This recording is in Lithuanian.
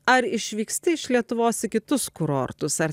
ar išvyksti iš lietuvos į kitus kurortus ar